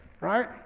right